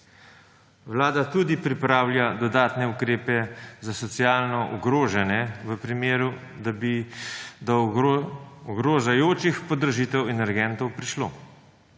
Vlada tudi pripravlja dodatne ukrepe za socialno ogrožene v primeru, da bi do ogrožajočih podražitev energentov prišlo.